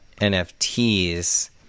nfts